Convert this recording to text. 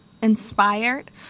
inspired